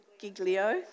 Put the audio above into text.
Giglio